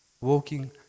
walking